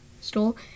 stole